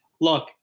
look